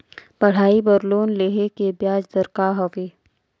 पढ़ाई बर लोन लेहे के ब्याज दर का हवे?